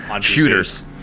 shooters